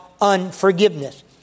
unforgiveness